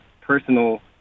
personal